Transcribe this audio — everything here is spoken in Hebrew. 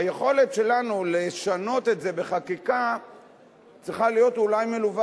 היכולת שלנו לשנות את זה בחקיקה צריכה להיות אולי מלווה